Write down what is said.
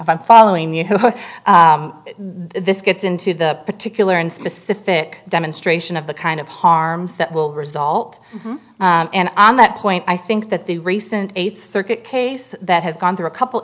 if i am following you this gets into the particular and specific demonstration of the kind of harms that will result and on that point i think that the recent eight circuit case that has gone through a couple